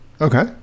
okay